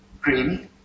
creamy